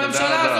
תודה רבה.